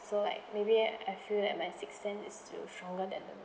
so like maybe I feel that my sixth sense is still stronger than the